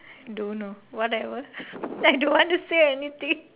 don't know whatever I don't want to say anything